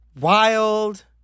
wild